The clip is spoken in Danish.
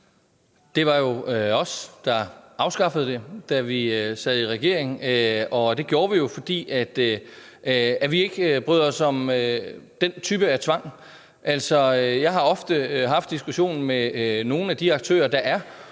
Det var jo os, der afskaffede det, da vi sad i regering, og det gjorde vi, fordi vi ikke bryder os om den type af tvang. Altså, jeg har ofte haft diskussionen med nogle af de aktører, der er